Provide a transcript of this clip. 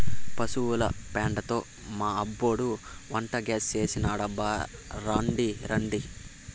పశుల పెండతో మా అబ్బోడు వంటగ్యాస్ చేసినాడబ్బో రాండి రాండి